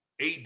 AD